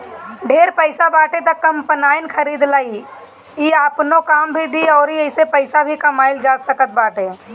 ढेर पईसा बाटे त कम्पाईन खरीद लअ इ आपनो काम दी अउरी एसे पईसा भी कमाइल जा सकत बाटे